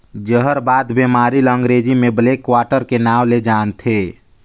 जहरबाद बेमारी ल अंगरेजी में ब्लैक क्वार्टर के नांव ले जानथे